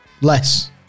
Less